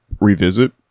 revisit